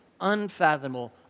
unfathomable